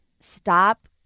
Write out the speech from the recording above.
stop